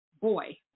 Boy